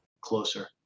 closer